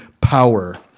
power